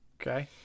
Okay